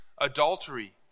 adultery